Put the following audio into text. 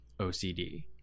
OCD